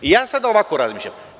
Ja sada ovako razmišljam.